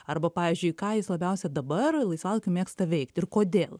arba pavyzdžiui ką jis labiausiai dabar laisvalaikiu mėgsta veikt ir kodėl